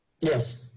Yes